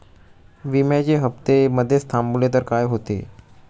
विम्याचे हफ्ते मधेच थांबवले तर काय होते?